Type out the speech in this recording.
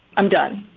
i'm done